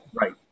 Right